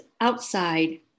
outside